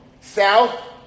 south